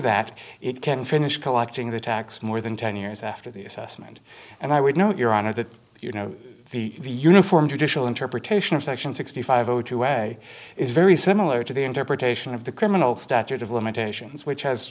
that it can finish collecting the tax more than ten years after the assessment and i would note your honor that you know the uniform judicial interpretation of section sixty five zero two way is very similar to the interpretation of the criminal statute of limitations which has